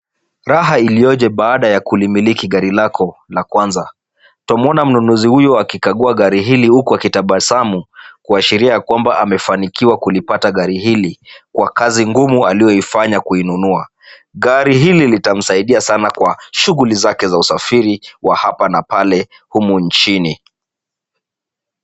Raha iliyoje baada ya kulimiliki gari lako la kwanza, utamuona mnunuzi huyo akikagua gari hili huku akitabasamu, kuashiria kwamba amefanikiwa kulipata gari hili. Kwa kazi ngumu aliyoifanya kuinunua, gari hili litamsaidia sana kwa shughuli zake za usafiri wa hapa na pale humu nchini.